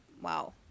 wow